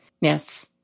Yes